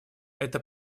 это